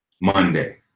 Monday